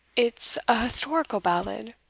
it's a historical ballad,